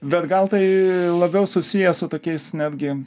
bet gal tai labiau susiję su tokiais netgi